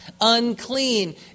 unclean